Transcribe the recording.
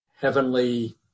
heavenly